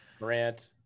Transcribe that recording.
Morant